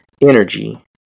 energy